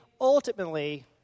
ultimately